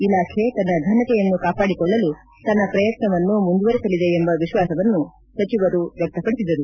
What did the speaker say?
ಇಲಾಖೆ ತನ್ನ ಫನತೆಯನ್ನು ಕಾಪಾಡಿಕೊಳ್ಳಲು ತನ್ನ ಪ್ರಯತ್ನವನ್ನು ಮುಂದುವರೆಸಲಿದೆ ಎಂಬ ವಿಶ್ವಾಸವನ್ನು ಸಚಿವರು ವ್ಲಕ್ತಪಡಿಸಿದರು